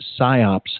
psyops